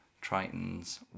Triton's